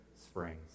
springs